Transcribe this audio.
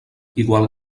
igual